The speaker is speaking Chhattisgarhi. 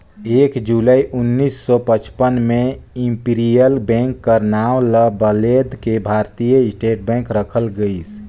एक जुलाई उन्नीस सौ पचपन में इम्पीरियल बेंक कर नांव ल बलेद के भारतीय स्टेट बेंक रखल गइस